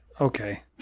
Okay